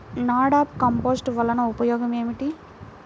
NADEP compost వలన ఉపయోగం ఏమిటి?